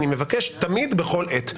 אני מבקש תמיד בכל עת.